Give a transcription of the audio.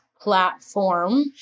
platform